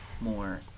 more